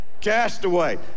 Castaway